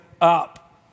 up